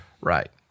Right